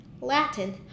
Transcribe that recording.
Latin